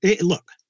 look